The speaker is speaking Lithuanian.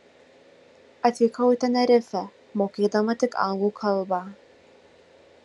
atvykau į tenerifę mokėdama tik anglų kalbą